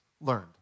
learned